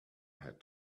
had